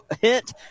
hit